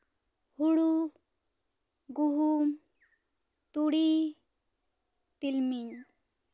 ᱦᱳᱲᱳ ᱜᱩᱦᱩᱢ ᱛᱩᱲᱤ ᱛᱤᱞᱢᱤᱧ